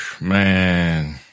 Man